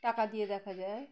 টাকা দিয়ে দেখা যায়